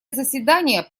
заседание